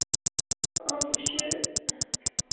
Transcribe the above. हां पुच्छेआ गै